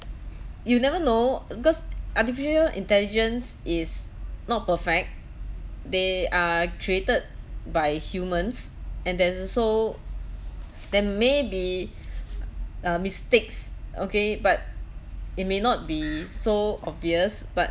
you never know because artificial intelligence is not perfect they are created by humans and there's also there may be uh mistakes okay but it may not be so obvious but